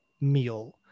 meal